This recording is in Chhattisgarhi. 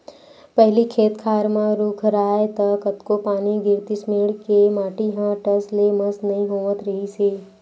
पहिली खेत खार म रूख राहय त कतको पानी गिरतिस मेड़ के माटी ह टस ले मस नइ होवत रिहिस हे